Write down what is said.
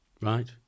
Right